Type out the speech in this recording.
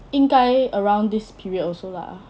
应该 around this period also lah